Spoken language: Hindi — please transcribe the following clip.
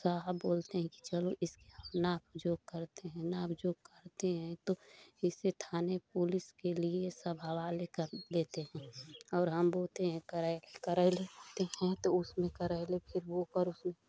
साहब बोलते हैं कि चलो इसके यहाँ नाप झोप करते हैं नाप झोप करते हैं तो इससे थाने पुलिस के लिए सब हवाले कर देते हैं और हम बोते हैं करे करेले बोते हैं तो उसमें करेले को बोकर उसमें